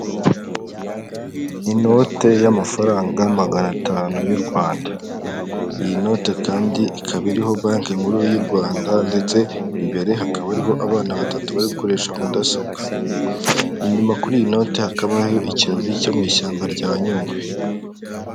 Inote y'amafaranga magana atanu y'u rwanda iyi note kandi ikaba iriho banki nkuru y'u rwanda ndetse imbere hakaba hariho abana batatu bari gukoresha mudasobwa inyuma kuri iyi noti hakaba ikirori cyo mu ishyamba rya nyungwe.